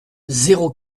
zéro